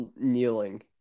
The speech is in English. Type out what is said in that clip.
kneeling